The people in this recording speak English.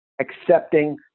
accepting